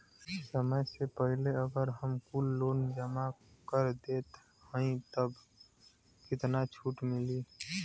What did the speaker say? समय से पहिले अगर हम कुल लोन जमा कर देत हई तब कितना छूट मिली?